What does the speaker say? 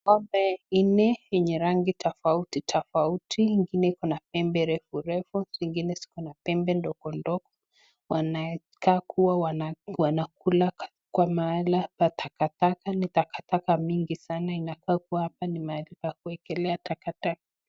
Ng'ombe nne yenye rangi tofauti tofauti ingine iko na pembe refu refu ingine ziko na pembe ndogo ndogo ,wanakaa kuwa wanakula kwa mahala pa takataka ni takataka mingi sana inafaa kuwa hapa ni mahali pa kuekelea takataka.